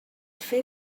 fer